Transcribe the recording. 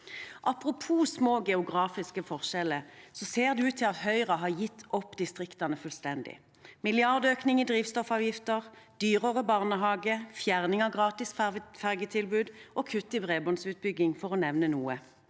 Apropos små geografiske forskjeller: Det ser ut til at Høyre har gitt opp distriktene fullstendig, med milliardøkning i drivstoffavgiftene, dyrere barnehage, fjerning av gratis fergetilbud og kutt i bredbåndsutbygging,